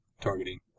Targeting